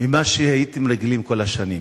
ממה שהייתם רגילים כל השנים.